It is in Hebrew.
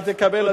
אתה תקבל,